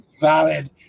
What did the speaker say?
Valid